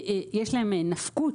יש להם נפקות,